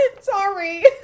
sorry